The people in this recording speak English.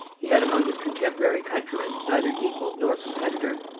he had among his contemporary countrymen neither equal nor competitor.